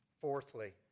Fourthly